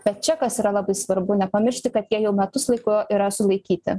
na čia kas yra labai svarbu nepamiršti kad jie jau metus laiko yra sulaikyti